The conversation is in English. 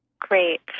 Great